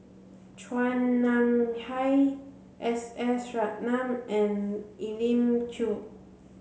Chua Nam Hai S S Ratnam and Elim Chew